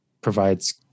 provides